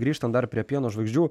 grįžtant dar prie pieno žvaigždžių